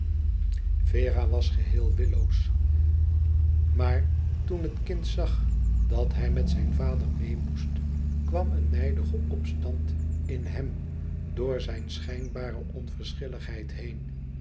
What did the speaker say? vera was geheel willoos maar toen het kind zag dat hij met zijn vader meê moest kwam een nijdige opstand in hem door zijn schijnbare onverschilligheid heen